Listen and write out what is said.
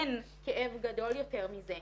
אין כאב גדול יותר מזה.